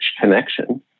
connection